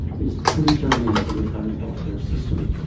is pretty germane to the current healthcare system.